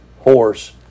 horse